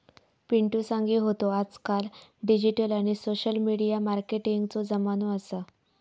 पिंटु सांगी होतो आजकाल डिजिटल आणि सोशल मिडिया मार्केटिंगचो जमानो असा